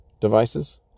devices